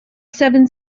seven